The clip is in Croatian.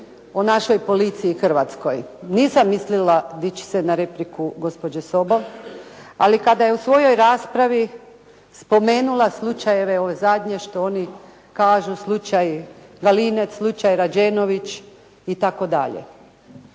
o našoj policiji Hrvatskoj nisam mislila dići se na repliku gospođe Sobol ali kada je u svojoj raspravi spomenula slučajeve ove zadnje što oni kažu slučaj Galinec, slučaj Rađenović i tako dalje.